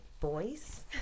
boys